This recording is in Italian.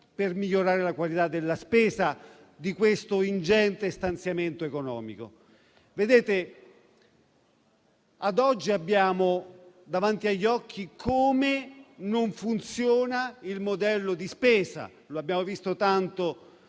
per migliorare la qualità della spesa di questo ingente stanziamento economico. Ad oggi, abbiamo davanti agli occhi come non funziona il modello di spesa: lo abbiamo visto tanto